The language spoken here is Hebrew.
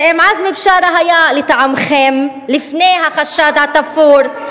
שאם עזמי בשארה היה לטעמכם לפני החשד התפור,